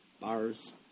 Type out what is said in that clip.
bars